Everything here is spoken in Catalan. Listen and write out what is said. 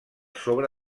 sobre